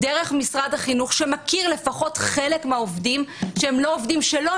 דרך משרד החינוך שמכיר לפחות חלק מהעובדים שהם לא עובדים שלו,